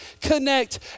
connect